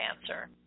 answer